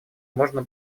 можно